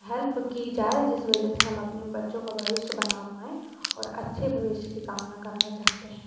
help की जाए जिस वजह से हम अपने बच्चों का भविष्य बना पाएं और अच्छे भविष्य की कामना करना चाहते हैं